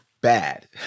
bad